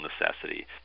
necessity